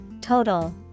Total